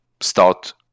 start